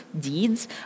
deeds